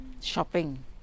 shopping